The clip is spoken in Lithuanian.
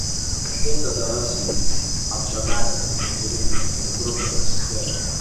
retai kada rasime atžagarią nekultūringą ir grubią austėją